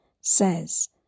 says